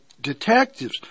detectives